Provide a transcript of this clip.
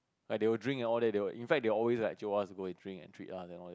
like they will drink and all that they in fact they will always like jio us go and drink and treat us and all